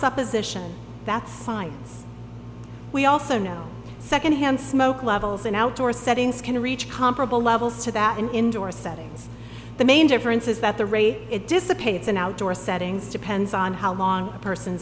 supposition that's science we also know secondhand smoke levels in outdoor settings can reach comparable levels to that in indoor settings the main difference is that the rate it dissipates and outdoor settings depends on how long a person